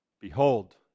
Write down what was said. behold